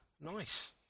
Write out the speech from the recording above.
Nice